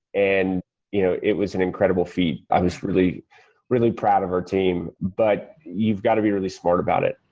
and you know it was an incredible feat. i was really really proud of our team, but you've got to be really smart about it.